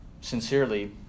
sincerely